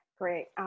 great